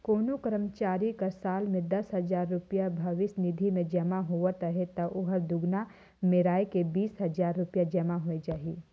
कोनो करमचारी कर साल में दस हजार रूपिया भविस निधि में जमा होवत अहे ता ओहर दुगुना मेराए के बीस हजार रूपिया जमा होए जाही